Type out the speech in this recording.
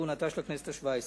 בעת כהונתה של הכנסת השבע-עשרה.